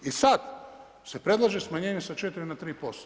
I sad se predlaže smanjenje sa 4 na 3%